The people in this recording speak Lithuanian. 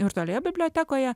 virtualioje bibliotekoje